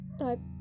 type